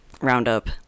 Roundup